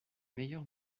meilleur